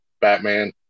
Batman